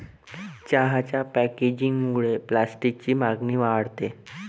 चहाच्या पॅकेजिंगमुळे प्लास्टिकची मागणी वाढते